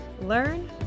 learn